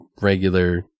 regular